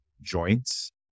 joints